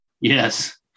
Yes